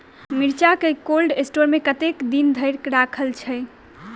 मिर्चा केँ cold store मे कतेक दिन धरि राखल छैय?